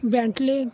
Bentley